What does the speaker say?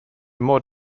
more